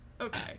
Okay